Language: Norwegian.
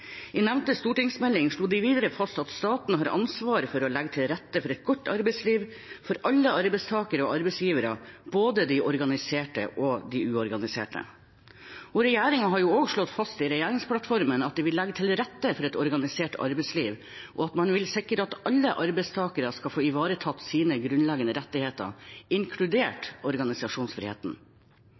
I nevnte stortingsmelding slo de videre fast at staten har ansvar for å legge til rette for et godt arbeidsliv for alle arbeidstakere og arbeidsgivere, både de organisere og de uorganiserte. Regjeringen har slått fast i regjeringsplattformen at man vil legge til rette for et organisert arbeidsliv, og at man vil sikre at alle arbeidstakere skal få ivaretatt sine grunnleggende rettigheter, inkludert organisasjonsfriheten.